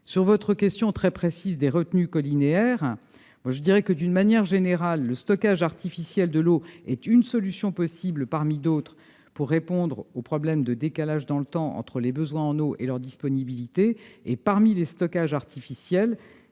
Sur votre question très précise des retenues collinaires, je dirai que, d'une manière générale, le stockage artificiel de l'eau est une solution possible, parmi d'autres, pour répondre au problème du décalage dans le temps entre la disponibilité de l'eau et les besoins des cultures. Parmi les stockages artificiels,